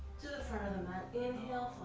to the front of the mat. inhale,